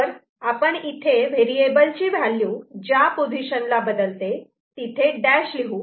तर आपण इथे व्हेरिएबल ची व्हॅल्यू ज्या पोझिशनला बदलते तिथे डॅश लिहू